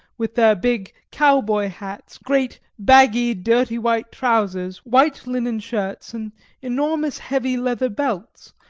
with their big cow-boy hats, great baggy dirty-white trousers, white linen shirts, and enormous heavy leather belts,